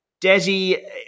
Desi